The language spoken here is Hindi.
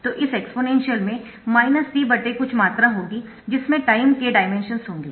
तो इस एक्सपोनेंशियल में t कुछ मात्रा होगी जिसमें टाइम के डाइमेंशन्स होंगे